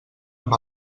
amb